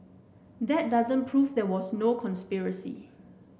that doesn't prove there was no conspiracy